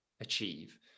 achieve